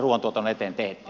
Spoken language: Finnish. herra puhemies